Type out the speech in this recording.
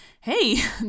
hey